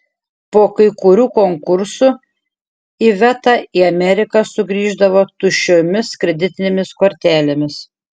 po kai kurių konkursų iveta į ameriką sugrįždavo tuščiomis kreditinėmis kortelėmis